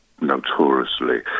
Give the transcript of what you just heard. notoriously